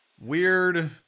Weird